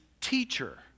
teacher